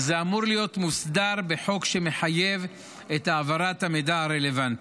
וזה אמור להיות מוסדר בחוק שמחייב את העברת המידע הרלוונטי.